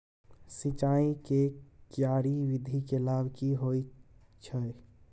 सिंचाई के क्यारी विधी के लाभ की होय छै?